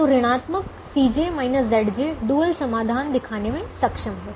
तो ऋणात्मक डुअल समाधान दिखाने में सक्षम है